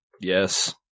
Yes